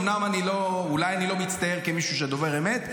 אומנם אני לא מצטייר כמישהו שדובר אמת,